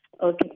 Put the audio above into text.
Okay